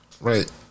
Right